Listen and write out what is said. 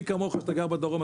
מי כמוך יודע, כמי שגר בדרום.